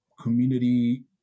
community